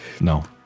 No